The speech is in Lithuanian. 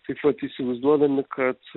taip vat įsivaizduodami kad